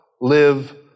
live